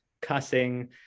cussing